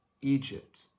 Egypt